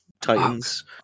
Titans